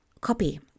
copy